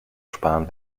sparen